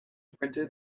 printed